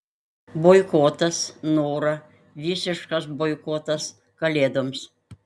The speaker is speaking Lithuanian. boikotas nora visiškas boikotas kalėdoms